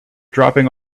dropping